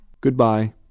Goodbye